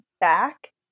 back